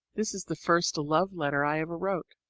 this is the first love-letter i ever wrote.